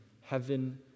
heaven